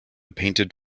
painted